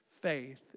faith